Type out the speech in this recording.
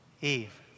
Eve